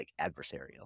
adversarial